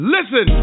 Listen